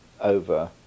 over